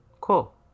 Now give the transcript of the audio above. cool